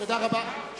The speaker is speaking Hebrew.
תודה רבה.